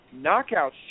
knockouts